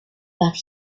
but